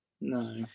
no